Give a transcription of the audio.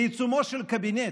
בעיצומו של קבינט,